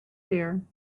there